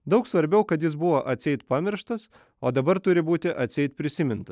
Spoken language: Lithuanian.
daug svarbiau kad jis buvo atsieit pamirštas o dabar turi būti atsieit prisimintas